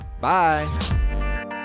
Bye